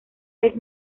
vez